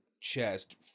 chest